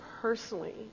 personally